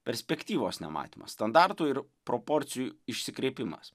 perspektyvos nematymas standartų ir proporcijų išsikreipimas